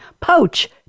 poach